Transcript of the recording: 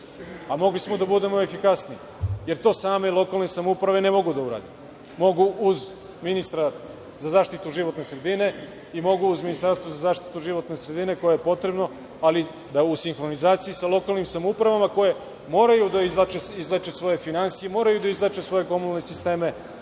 a mogli smo da budemo efikasniji, jer to same lokalne samouprave ne mogu da urade. Mogu uz ministra za zaštitu životne sredine i mogu uz Ministarstvo za zaštitu životne sednice koje je potrebno, ali u sinhronizaciji sa lokalnim samoupravama koje moraju da izvlače svoje finansije, moraju da izvlače svoje komunalne sisteme